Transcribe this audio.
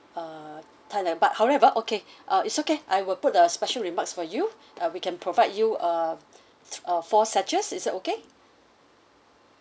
uh thailand but however okay uh it's okay I will put a special remarks for you uh we can provide you uh t~ uh four sachets is it okay